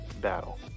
battle